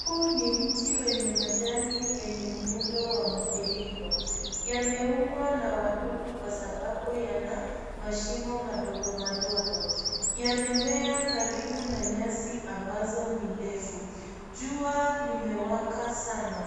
Huu ni mti wenye majani yenye muundo wa mviringo. Yameumwa na wadudu kwa sababu yana mashimo madogo madogo. Yamemea karibu na nyasi ambazo ni ndefu. Jua limewaka sana.